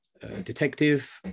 detective